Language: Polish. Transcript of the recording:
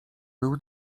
był